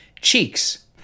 cheeks